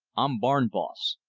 i'm barn-boss.